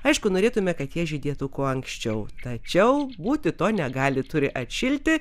aišku norėtume kad jie žydėtų kuo anksčiau tačiau būti to negali turi atšilti